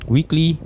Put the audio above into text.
Weekly